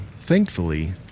thankfully